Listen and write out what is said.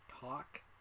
talk